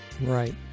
Right